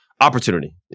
opportunity